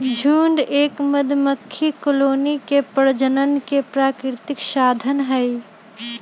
झुंड एक मधुमक्खी कॉलोनी के प्रजनन के प्राकृतिक साधन हई